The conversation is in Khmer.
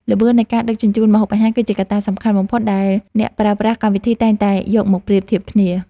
ល្បឿននៃការដឹកជញ្ជូនម្ហូបអាហារ គឺជាកត្តាសំខាន់បំផុតដែលអ្នកប្រើប្រាស់កម្មវិធីតែងតែយកមកប្រៀបធៀបគ្នា។